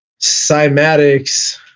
cymatics